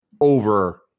over